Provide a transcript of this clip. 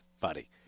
buddy